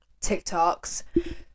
TikToks